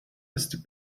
ist